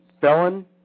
felon